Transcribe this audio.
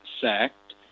sacked